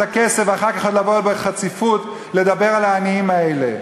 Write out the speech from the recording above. הכסף ואחר כך עוד לבוא בחציפות לדבר על העניים האלה.